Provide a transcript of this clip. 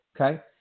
Okay